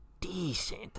decent